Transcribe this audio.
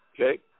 Okay